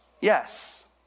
Yes